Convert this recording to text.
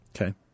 Okay